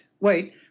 Wait